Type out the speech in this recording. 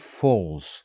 false